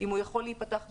אם הוא יכול להיפתח,